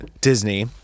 Disney